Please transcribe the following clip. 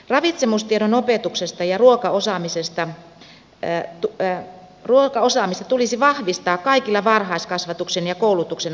ravitsemustiedon opetusta ja ruokaosaamista tulisi vahvistaa kaikilla varhaiskasvatuksen ja koulutuksen asteilla